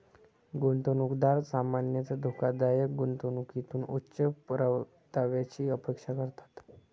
गुंतवणूकदार सामान्यतः धोकादायक गुंतवणुकीतून उच्च परताव्याची अपेक्षा करतात